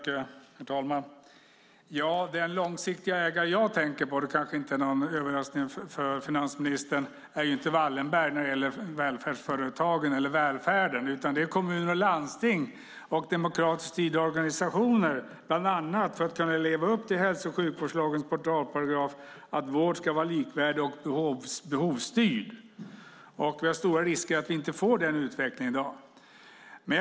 Herr talman! Den långsiktiga ägare jag tänker på när det gäller välfärdsföretagen eller välfärden är inte Wallenberg - det kanske inte är någon överraskning för finansministern - utan kommuner och landsting och demokratiskt styrda organisationer, bland annat för att vi ska kunna leva upp till hälso och sjukvårdslagens portalparagraf att vård ska vara likvärdig och behovsstyrd. Det finns stora risker för att vi inte får den utvecklingen.